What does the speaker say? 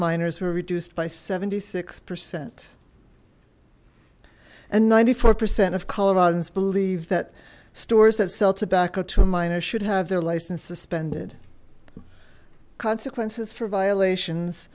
minors were reduced by seventy six percent and ninety four percent of coloradans believe that stores that sell tobacco to a minor should have their license suspended consequences for violations